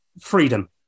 freedom